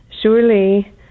surely